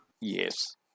Yes